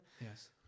Yes